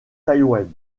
taïwan